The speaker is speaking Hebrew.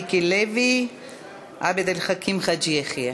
מיקי לוי ועבד אל חכים חאג' יחיא.